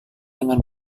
dengan